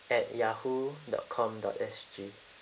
at Yahoo dot com dot S G